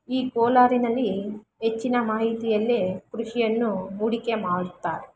ಈ ಕೋಲಾರಿನಲ್ಲಿ ಹೆಚ್ಚಿನ ಮಾಹಿತಿಯಲ್ಲೇ ಕೃಷಿಯನ್ನು ಹೂಡಿಕೆ ಮಾಡುತ್ತಾರೆ